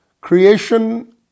Creation